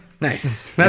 Nice